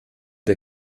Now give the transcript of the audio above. der